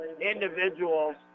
individuals